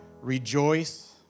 rejoice